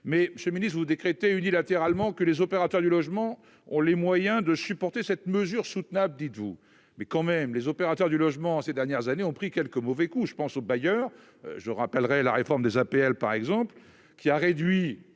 mais ce ministre ou décréter unilatéralement que les opérateurs du logement ont les moyens de supporter cette mesure soutenable, dites-vous, mais quand même, les opérateurs du logement, ces dernières années ont pris quelques mauvais coups, je pense aux bailleurs, je rappellerai la réforme des APL, par exemple, qui a réduit